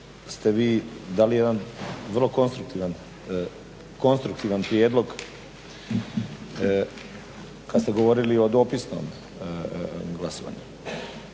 ste vi dali jedan vrlo konstruktivan prijedlog kad ste govorili o dopisnom glasovanju.